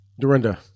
Dorinda